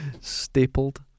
stapled